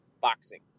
boxing